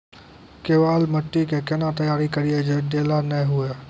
केवाल माटी के कैना तैयारी करिए जे ढेला नैय हुए?